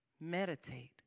meditate